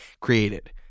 created